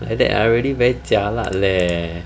like that ah really very jialat leh